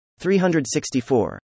364